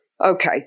Okay